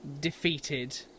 defeated